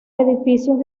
edificios